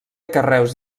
carreus